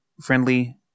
friendly